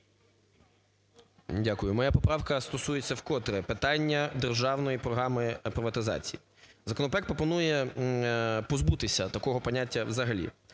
Дякую. Моя поправка стосується в котре питання державної програми приватизації. Законопроект пропонує позбутися такого поняття взагалі.